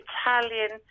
Italian